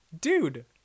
Dude